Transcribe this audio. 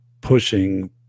pushing